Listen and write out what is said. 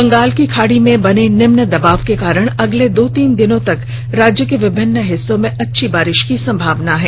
बंगाल की खाड़ी में बने निम्न दबाव के कारण अगले दो तीन दिनों तक राज्य के विभिन्न हिस्सों में अच्छी बारिष की संभावना है